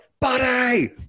buddy